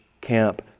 camp